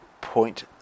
point